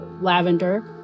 lavender